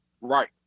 Right